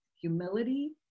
humility